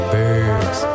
birds